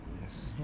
Yes